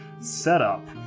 setup